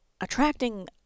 attracting